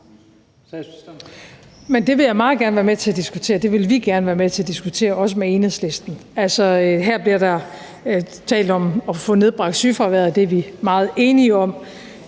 Statsministeren (Mette Frederiksen): Det vil vi meget gerne være med til at diskutere, også med Enhedslisten. Der bliver her talt om at få nedbragt sygefraværet, og det er vi meget enige om.